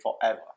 forever